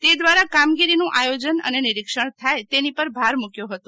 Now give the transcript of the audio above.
તે દવારા કામગીરીનું આયોજન અને નિરીક્ષણ થાય તેની પર ભાર મકયો હતો